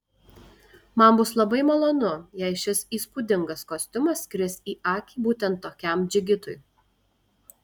man bus labai malonu jei šis įspūdingas kostiumas kris į akį būtent tokiam džigitui